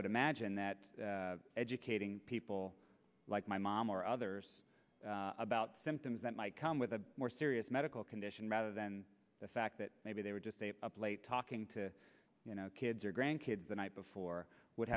would imagine that educating people like my mom or others about symptoms that might come with a more serious medical condition rather than the fact that maybe they were just up late talking to kids or grandkids the night before would